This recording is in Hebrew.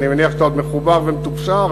ואני מניח שאתה עוד מחובר לאוכלוסייה,